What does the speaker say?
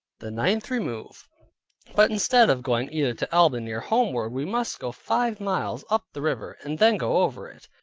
the ninth remove but instead of going either to albany or homeward, we must go five miles up the river, and then go over it.